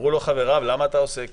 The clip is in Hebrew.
אמרו לו חבריו, למה אתה עושה כן.